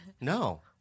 No